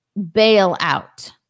bailout